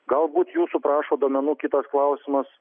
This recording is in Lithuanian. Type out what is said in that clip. galbūt jūsų prašo duomenų kitos klausimas